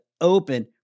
open